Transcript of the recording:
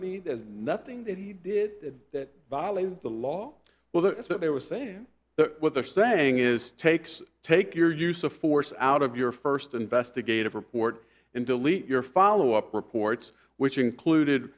me there's nothing that he did that violated the law well that's what they were sam that what they're saying is takes take your use of force out of your first investigative report and delete your followup reports which included